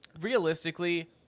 realistically